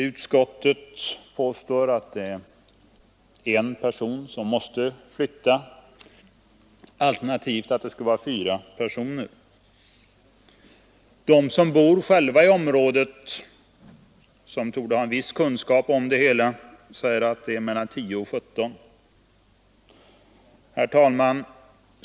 Utskottet påstår att en person, alternativt fyra måste flytta. De som bor i området och som torde ha en viss kunskap om antalet säger att det är mellan 10 och 17 personer som måste flytta. Herr talman!